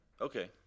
Okay